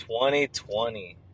2020